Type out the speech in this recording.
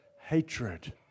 hatred